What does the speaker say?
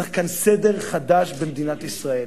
צריך כאן סדר חדש, במדינת ישראל.